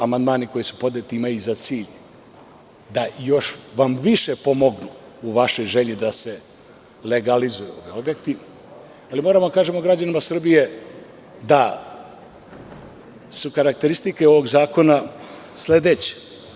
Amandmani koji su podneti imaju za cilj da vam još više pomognu u vašoj želji da se legalizuju ovi objekti, ali moramo da kažemo građanima Srbije da su karakteristike ovog zakona sledeće.